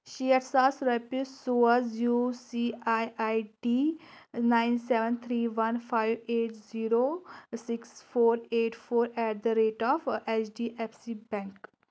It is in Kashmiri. شیٚٹھ ساس رۄپیٚیہِ سوز U C I I D nine seven three one five eight zero six four eight four at the rate of H D F C bank